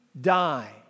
die